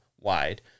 wide